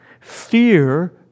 fear